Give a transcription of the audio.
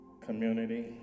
community